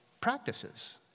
practices